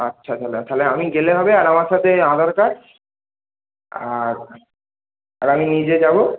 আচ্ছা তাহলে তাহলে আমি গেলে হবে আর আমার সাথে আধার কার্ড আর আর আমি নিজে যাব